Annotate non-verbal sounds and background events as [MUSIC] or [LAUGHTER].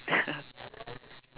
[LAUGHS]